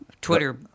Twitter